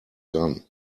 gone